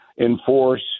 enforce